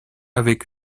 avec